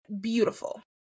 beautiful